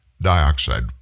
dioxide